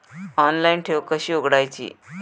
Online ठेव कशी उघडायची?